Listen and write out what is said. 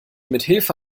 mithilfe